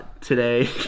today